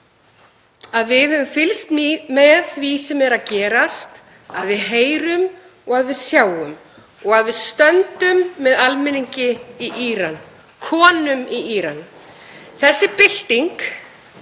að við höfum fylgst með því sem er að gerast, að við heyrum og að við sjáum og að við stöndum með almenningi í Íran, konum í Íran. Þessi bylting,